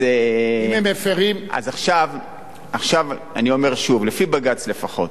אני אומר שוב, לפחות לפי בג"ץ,